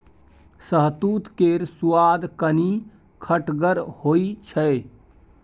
शहतुत केर सुआद कनी खटगर होइ छै